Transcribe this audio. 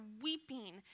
weeping